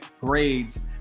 grades